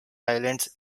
islands